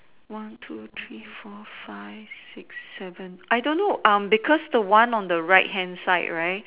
one two three four five six seven I don't know um because the one on the right hand side right